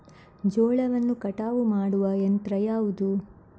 ಜೋಳವನ್ನು ಕಟಾವು ಮಾಡುವ ಯಂತ್ರ ಯಾವುದು?